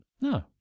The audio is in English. No